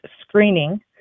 screening